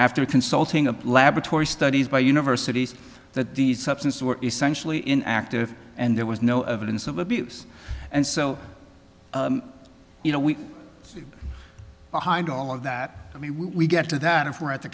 after consulting a laboratory studies by universities that these substances were essentially in active and there was no evidence of abuse and so you know we behind all of that i mean we get to that if we're at the